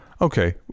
Okay